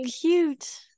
cute